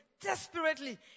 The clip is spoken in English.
desperately